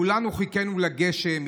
כולנו חיכינו לגשם,